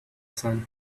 sun